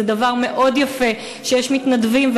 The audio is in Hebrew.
וזה דבר מאוד יפה שיש מתנדבים,